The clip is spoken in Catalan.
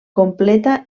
completa